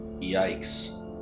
Yikes